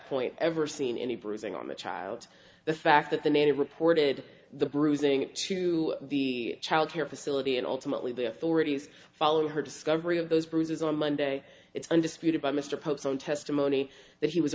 point ever seen any bruising on the child the fact that the nanny reported the bruising to the child care facility and ultimately the authorities following her discovery of those bruises on monday it's undisputed by mr pope's own testimony that he was